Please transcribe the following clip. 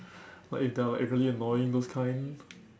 what if they are like really annoying those kind